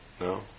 no